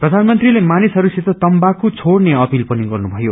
प्रधानमन्त्रीले मानिसहरूसित तम्बाकू छेड़ने अपिल पनि गर्नुभयो